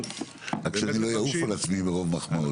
רק שאני לא אעוף על עצמי מרוב מחמאות.